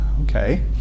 Okay